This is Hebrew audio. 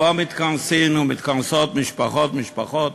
עומד בשער, ובו מתכנסים ומתכנסות משפחות-משפחות,